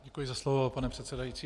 Děkuji za slovo, pane předsedající.